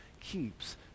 keeps